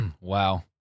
wow